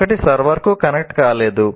ఒకటి సర్వర్కు కనెక్ట్ కాలేదు